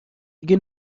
دیگه